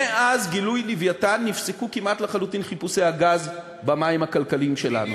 מאז גילוי "לווייתן" נפסקו כמעט לחלוטין חיפושי הגז במים הכלכליים שלנו.